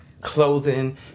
clothing